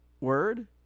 word